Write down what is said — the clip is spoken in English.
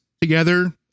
together